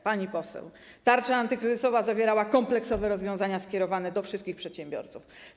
Pani poseł, tarcza antykryzysowa zawierała kompleksowe rozwiązania skierowane do wszystkich przedsiębiorców.